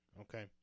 okay